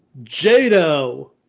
Jado